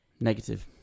Negative